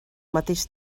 mateix